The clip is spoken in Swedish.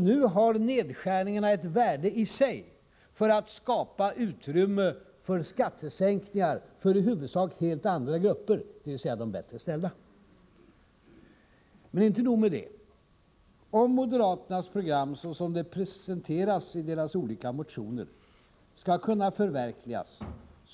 Nu har nedskärningarna ett värde i sig — för att skapa utrymme för skattesänkningar för i huvudsak helt andra grupper, dvs. de bättre ställda. Men inte nog med det. Om moderaternas program, såsom det presenterats i deras olika motioner, skall kunna förverkligas,